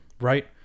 right